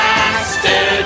Master